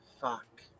Fuck